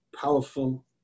powerful